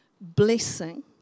blessing